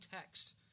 text